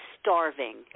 starving